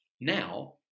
Now